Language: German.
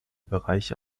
bereiche